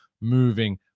moving